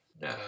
No